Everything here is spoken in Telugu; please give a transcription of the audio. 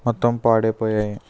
మొత్తం పాడై పోయాయి